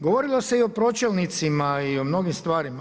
Govorilo se i o pročelnicima i o mnogim stvarima.